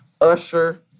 usher